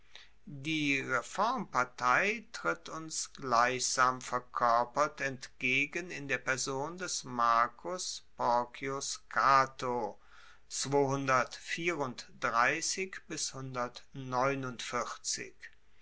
die reformpartei tritt uns gleichsam verkoerpert entgegen in der person des marcus porcius cato